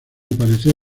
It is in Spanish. aparecer